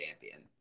champion